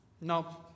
No